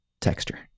texture